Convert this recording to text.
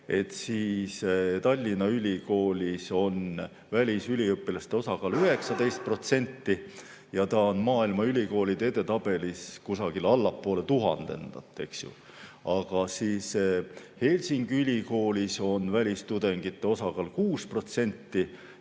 siis Tallinna Ülikoolis on välisüliõpilaste osakaal 19% ja ta on maailma ülikoolide edetabelis kusagil allpool tuhandendat, eks ju. Aga Helsingi ülikoolis on välistudengite osakaal 6%